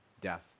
death